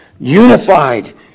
Unified